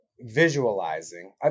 visualizing